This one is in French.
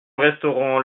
restaurant